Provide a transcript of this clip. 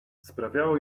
sprawiało